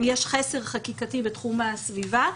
יש חסר חקיקתי בתחום הסביבה.